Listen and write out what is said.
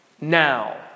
Now